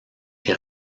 est